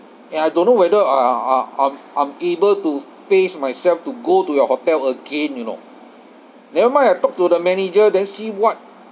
and I don't know whether I uh uh I'm I'm able to face myself to go to your hotel again you know never mind I talk to the manager and see [what]